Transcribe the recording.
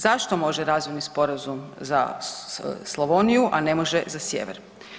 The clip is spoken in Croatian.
Zašto može razvojni sporazum za Slavoniju, a ne može za sjever?